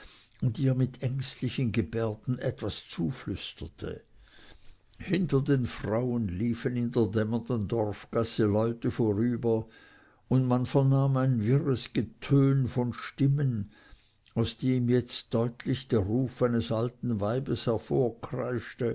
ihr mit ängstlichen gebärden etwas zuflüsterte hinter den frauen liefen in der dämmernden dorfgasse leute vorüber und man vernahm ein wirres getön von stimmen aus dem jetzt deutlich der ruf eines alten weibes